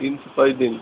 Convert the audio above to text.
تین سے پانچ دن